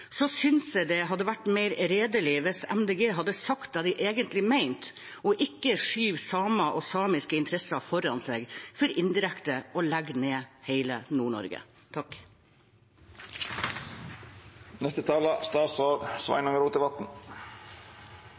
synes jeg det hadde vært mer redelig hvis Miljøpartiet De Grønne hadde sagt det de egentlig mente, og ikke skyver samer og samiske interesser foran seg for, indirekte, å legge ned hele